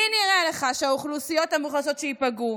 מי נראה לך האוכלוסיות המוחלשות שייפגעו,